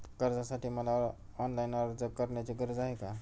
कर्जासाठी मला ऑनलाईन अर्ज करण्याची गरज आहे का?